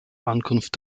ankunft